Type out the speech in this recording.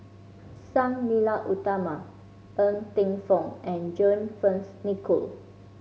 Sang Nila Utama Ng Teng Fong and John Fearns Nicoll